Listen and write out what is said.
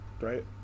right